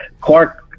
Clark